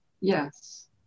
Yes